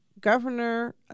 Governor